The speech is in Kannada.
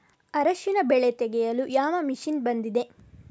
ಅರಿಶಿನ ಬೆಳೆ ತೆಗೆಯಲು ಯಾವ ಮಷೀನ್ ಬಂದಿದೆ?